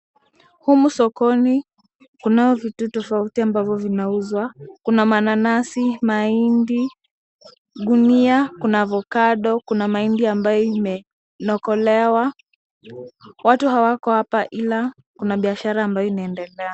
Humu sokoni kunayo vitu tofauti ambavyo vinauzwa. Kuna mananasi, mahindi, gunia, kuna avokado , kuna mahindi ambayo imenokolewa . Watu hawako hapa ila kuna biashara ambayo inaendelea.